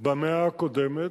במאה הקודמת,